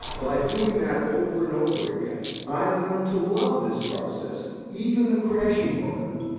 by doing that over and over again, i learned to love this process, even the crashing part of it.